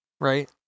right